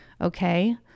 okay